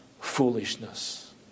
foolishness